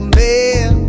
man